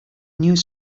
news